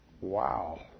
Wow